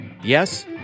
Yes